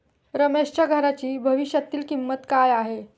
रमेशच्या घराची भविष्यातील किंमत काय आहे?